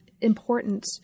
important